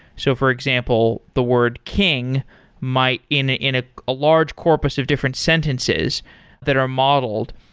so for example, the word king might in ah in ah a large corpus of different sentences that are modeled,